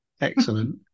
Excellent